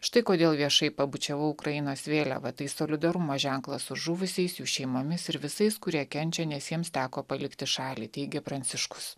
štai kodėl viešai pabučiavau ukrainos vėliavą tai solidarumo ženklas su žuvusiais jų šeimomis ir visais kurie kenčia nes jiems teko palikti šalį teigė pranciškus